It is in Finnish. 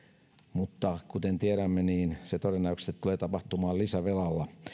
mutta kuten tiedämme se todennäköisesti tulee tapahtumaan lisävelalla